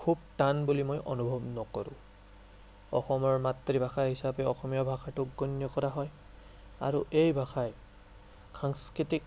খুব টান বুলি মই অনুভৱ নকৰোঁ অসমৰ মাতৃভাষা হিচাপে অসমীয়া ভাষাটোক গণ্য কৰা হয় আৰু এই ভাষাই সাংস্কৃতিক